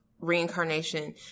reincarnation